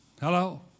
Hello